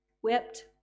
whipped